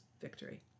victory